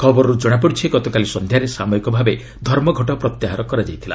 ଖବରରୁ ଜଣାପଡ଼ିଛି ଗତକାଲି ସନ୍ଧ୍ୟାରେ ସାମୟିକ ଭାବେ ଧର୍ମଘଟ ପ୍ରତ୍ୟାହାର କରାଯାଇଥିଲା